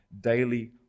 daily